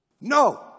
No